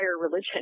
religion